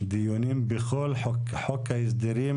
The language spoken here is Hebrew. שלום לכולם.